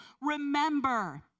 Remember